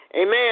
Amen